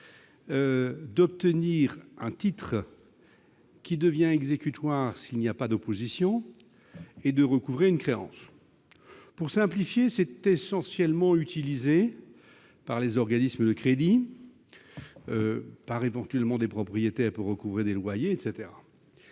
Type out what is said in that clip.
d'obtenir un titre qui devient exécutoire s'il n'y a pas d'opposition et de recouvrer une créance. Pour simplifier, on peut dire qu'elle est essentiellement utilisée par les organismes de crédit et, éventuellement, par des propriétaires pour recouvrer des loyers.